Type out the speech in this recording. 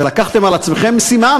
ולקחתם על עצמכם משימה,